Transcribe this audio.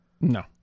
No